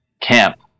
Camp